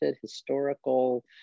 historical